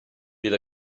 bydd